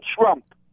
Trump